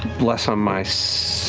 bless on myself.